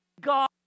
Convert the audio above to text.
God